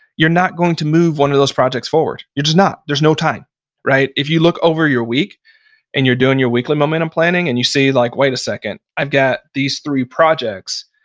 you're not going to move one of those projects forward. you're just not. there's no time if you look over your week and you're doing your weekly momentum planning and you see like, wait a second. i've got these three projects,